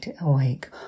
awake